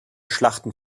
schlachten